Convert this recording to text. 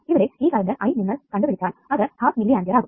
ഇവിടെ ഈ current I നിങ്ങൾ കണ്ടു പിടിച്ചാൽ അത് ഹാഫ് മില്ലി ആമ്പിയർ ആകും